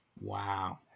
wow